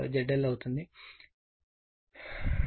64 j 0